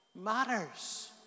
Matters